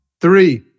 Three